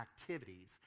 activities